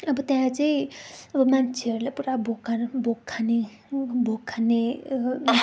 अब त्यहाँ चाहिँ अब मान्छेहरूले पुरा भोग भोग खाने भोग खाने